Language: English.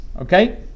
okay